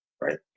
right